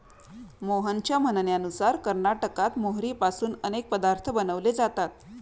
मोहनच्या म्हणण्यानुसार कर्नाटकात मोहरीपासून अनेक पदार्थ बनवले जातात